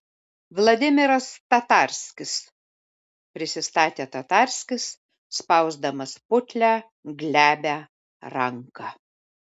vladimiras tatarskis prisistatė tatarskis spausdamas putlią glebią ranką